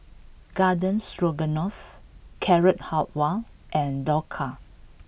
Garden Stroganoff Carrot Halwa and Dhokla